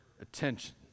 attention